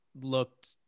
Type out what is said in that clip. looked